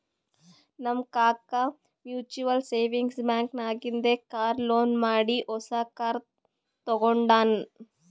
ನಮ್ ಕಾಕಾ mutual savings bank ನಾಗಿಂದೆ ಕಾರ್ ಲೋನ್ ಮಾಡಿ ಹೊಸಾ ಕಾರ್ ತಗೊಂಡಾನ್